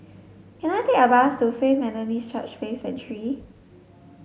can I take a bus to Faith Methodist Church Faith Sanctuary